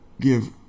give